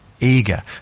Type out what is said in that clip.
eager